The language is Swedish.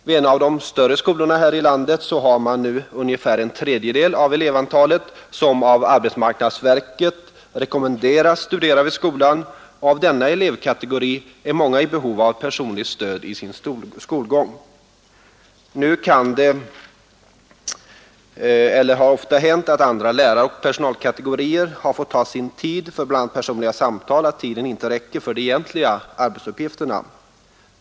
Vid en av de större skolorna här i landet har ungefär en tredjedel av elevantalet av arbetsmarknadsverket rekommenderats att studera vid skolan. Av denna elevkategori är många i behov av personligt stöd i sin skolgång. Nu har det ofta hänt att läraroch andra personalkategorier fått ta av sin tid för personliga samtal, därför att tiden inte räcker för de egentliga arbetsuppgifterna.